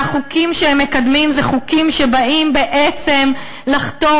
והחוקים שהם מקדמים הם חוקים שבאים בעצם לחתור